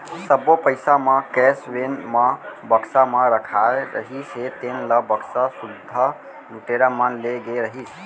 सब्बो पइसा म कैस वेन म बक्सा म रखाए रहिस हे तेन ल बक्सा सुद्धा लुटेरा मन ले गे रहिस